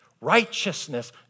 righteousness